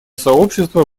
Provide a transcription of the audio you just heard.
сообщество